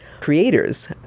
creators